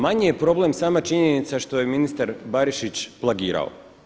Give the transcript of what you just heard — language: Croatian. Manji je problem sama činjenica što je ministar Barišić plagirao.